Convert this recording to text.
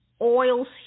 oils